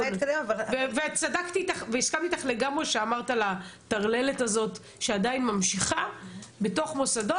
והסכמתי אתך כשאמרת על הטרללת הזאת שעדיין ממשיכה בתוך מוסדות,